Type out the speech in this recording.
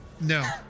No